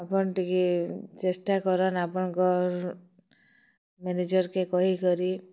ଆପଣ ଟିକେ ଚେଷ୍ଟା କରନା ଆପଣଙ୍କ ମ୍ୟାନେଜର୍କେ କହି କରି